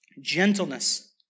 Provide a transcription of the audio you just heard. gentleness